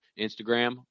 instagram